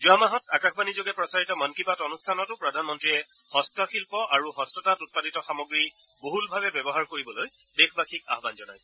যোৱা মাহত আকাশবাণীযোগে প্ৰচাৰিত মন কী বাত অনুষ্ঠানতো প্ৰধানমন্তীয়ে হস্তশিল্প আৰু হস্ততাঁত উৎপাদিত সামগ্ৰী বহুলভাৱে ব্যৱহাৰ কৰিবলৈ দেশবাসীক আহবান জনাইছিল